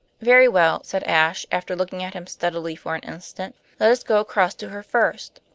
very well, said ashe, after looking at him steadily for an instant. let us go across to her first.